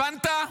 הבנת?